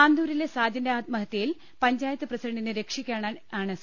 ആന്തൂരിലെ സാജന്റെ ആത്മ ഹ ത്യ യിൽ പഞ്ചാ യത്ത് പ്രസിഡന്റിനെ രക്ഷിക്കാനാണ് സി